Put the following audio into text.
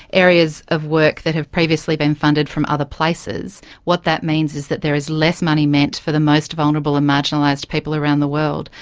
areas of work that have previously been funded from other places, what that means is that there is less money meant for the most vulnerable and marginalised people around the world,